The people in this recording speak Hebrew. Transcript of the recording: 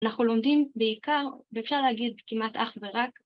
‫אנחנו לומדים בעיקר, ‫ואפשר להגיד כמעט אך ורק,